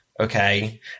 Okay